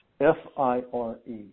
F-I-R-E